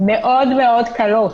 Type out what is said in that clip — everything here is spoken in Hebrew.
מאוד מאוד קלות,